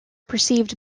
perceived